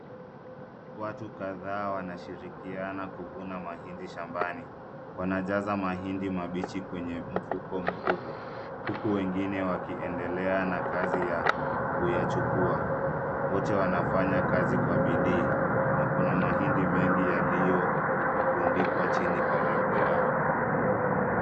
Watu kadhaa wanashirikiana kuvuna mahindi shambani. Wanajaza mahindi mabichi kwenye mfuko mkubwa huku wengine wakiendelea na kazi ya kuyachukua. Wote wanafanya kazi kwa bidii na kuna mahindi mengi yaliyorundikwa chini karibu nao.